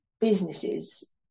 businesses